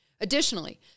Additionally